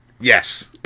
Yes